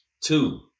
Two